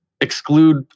exclude